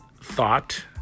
thought